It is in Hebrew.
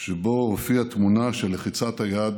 שבו הופיעה תמונה של לחיצת היד